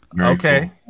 Okay